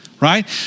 right